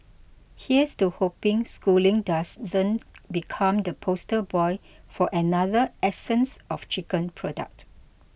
here's to hoping Schooling doesn't become the poster boy for another essence of chicken product